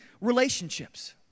relationships